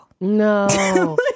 no